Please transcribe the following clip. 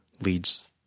leads